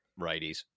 righties